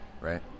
right